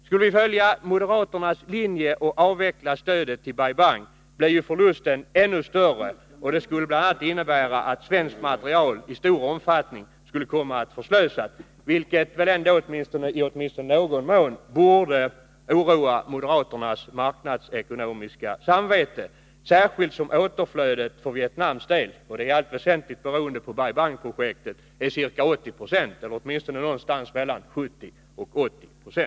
Skulle vi följa moderaternas linje och avveckla stödet till Bai Bang blev ju förlusten ännu större, och det skulle bl.a. innebära att svensk materiel i stor omfattning skulle komma att förslösas, vilket väl ändå i åtminstone någon mån borde oroa moderaternas marknadsekonomiska samvete, särskilt som återflödet för Vietnams del — och det i allt väsentligt beroende på Bai Bang-projektet — är ca 80 96, eller åtminstone mellan 70 och 80 96.